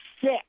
Sick